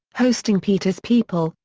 hosting peter's people,